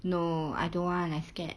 no I don't want I scared